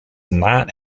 not